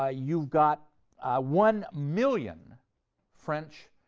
ah you've got one million french,